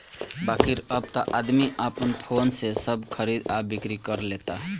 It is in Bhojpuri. बाकिर अब त आदमी आपन फोने से सब खरीद आ बिक्री कर लेता